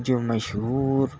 جو مشہور